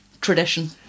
tradition